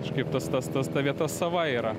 kažkaip tas tas tas ta vieta sava yra